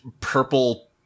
purple